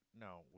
No